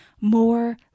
more